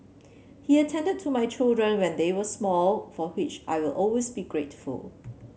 he attended to my children when they were small for which I will always be grateful